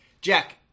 Jack